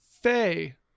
Faye